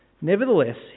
Nevertheless